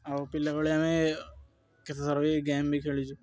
ଆଉ ପିଲାବେଳେ ଆମେ କେତେଥର ବି ଗେମ୍ ବି ଖେଳିଛୁ